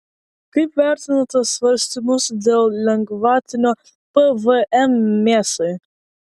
kaip vertinate svarstymus dėl lengvatinio pvm mėsai